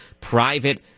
private